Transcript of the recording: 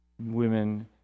women